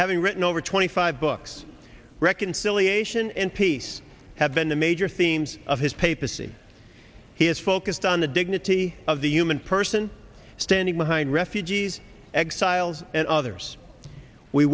having written over twenty five books reconciliation in peace have been the major themes of his papacy he has focused on the dignity of the human person standing behind refugees exiles and others we